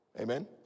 Amen